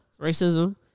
racism